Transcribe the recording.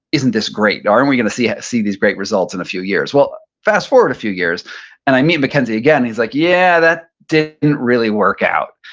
isn't this great? are aren't and we gonna see see these great results in a few years? well, fast-forward a few years and i meet mackenzie again. he's like, yeah, that didn't really work out.